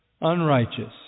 unrighteous